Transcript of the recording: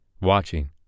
watching